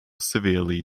severely